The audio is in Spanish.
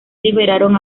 liberaron